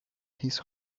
his